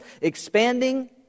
expanding